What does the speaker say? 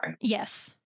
Yes